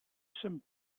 some